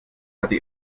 hatte